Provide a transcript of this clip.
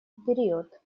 период